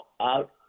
out